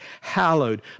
hallowed